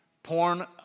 Porn